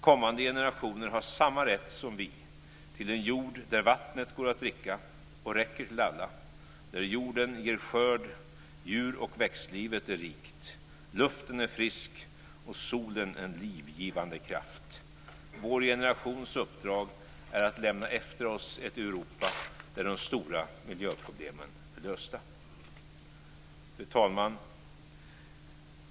Kommande generationer har samma rätt som vi till en jord där vattnet går att dricka och räcker till alla, jorden ger skörd, djur och växtlivet är rikt, luften är frisk och solen är en livgivande kraft. Vår generations uppdrag är att lämna efter oss ett Europa där de stora miljöproblemen är lösta. Fru talman!